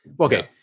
Okay